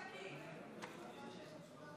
הסתייגות 48 לא נתקבלה.